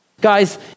Guys